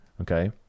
okay